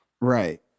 Right